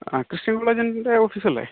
ആ ക്രിസ്ത്യൻ കോളേജിൻ്റ ഓഫീസ് അല്ലെ